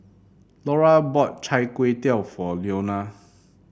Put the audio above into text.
Lura bought Chai Tow Kway for Leona